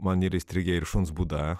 man yra įstrigę ir šuns būda